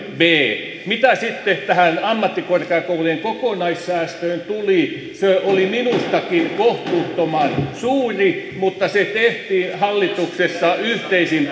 b mitä sitten tähän ammattikorkeakoulujen kokonaissäästöön tulee se oli minustakin kohtuuttoman suuri mutta se tehtiin hallituksessa yhteisin